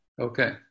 Okay